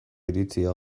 iritzia